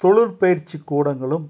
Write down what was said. தொழிற்பயிற்சி கூடங்களும்